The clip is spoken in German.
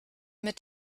mit